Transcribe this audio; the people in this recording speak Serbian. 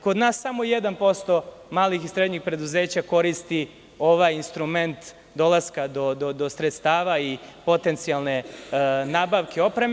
Kod nas samo 1% malih i srednjih preduzeća koristi ovaj instrument dolaska do sredstava i potencijalne nabavke opreme.